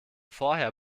vorher